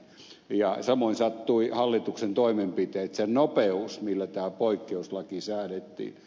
ja samoin sattuivat hallituksen toimenpiteet se nopeus millä tämä poikkeuslaki säädettiin